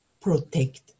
protect